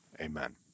Amen